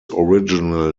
original